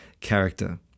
character